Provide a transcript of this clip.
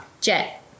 Jet